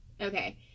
Okay